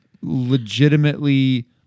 legitimately